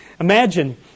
Imagine